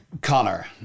Connor